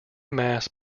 mass